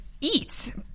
eat